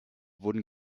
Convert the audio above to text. wurden